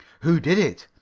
who did it?